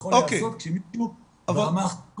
וחשוב לי לקראת סיכום הדיון הזה לשמוע שאכן אתם גם נרתמים